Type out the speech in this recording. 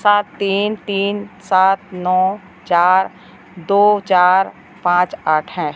सात तीन तीन सात नौ चार दो चार पाँच आठ है